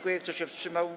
Kto się wstrzymał?